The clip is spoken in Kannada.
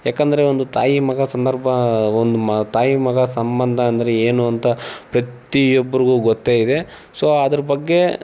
ಯಾಕಂದರೆ ಒಂದು ತಾಯಿ ಮಗ ಸಂದರ್ಭ ಒಂದು ಮಾ ತಾಯಿ ಮಗ ಸಂಬಂಧ ಅಂದರೆ ಏನು ಅಂತ ಪ್ರತಿಯೊಬ್ಬರಿಗೂ ಗೊತ್ತೇ ಇದೆ ಸೋ ಅದ್ರ ಬಗ್ಗೆ